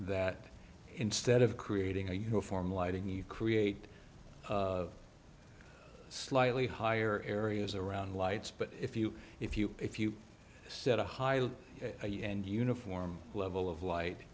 that instead of creating a uniform lighting you create slightly higher areas around lights but if you if you if you set a highly and uniform level of light